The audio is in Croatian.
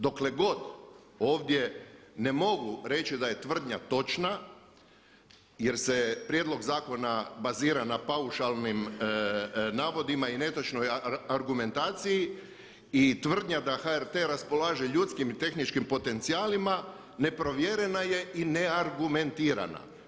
Dokle god ovdje ne mogu reći da je tvrdnja točna jer se prijedlog zakona bazira na paušalnim navodima i netočnoj argumentaciji i tvrdnja da HRT raspolaže ljudskim i tehničkim potencijalima, neprovjerena je neargumentirana.